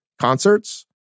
concerts